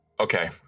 Okay